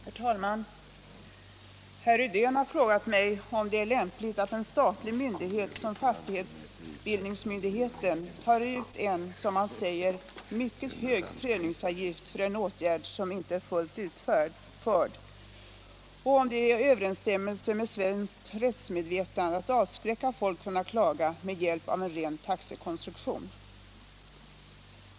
Herr talman! Herr Rydén har frågat mig om det är lämpligt att en statlig myndighet som fastighetsbildningsmyndigheten tar ut en, som han säger, mycket hög prövningsavgift för en åtgärd som inte är fullt utförd och om det är i överensstämmelse med svenskt rättsmedvetande att avskräcka folk från att klaga med hjälp av en ren taxekonstruktion.